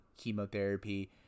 chemotherapy